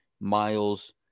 Miles